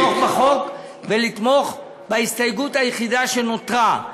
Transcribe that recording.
לתמוך בחוק ולתמוך בהסתייגות היחידה שנותרה,